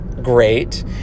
great